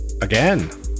Again